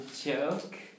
joke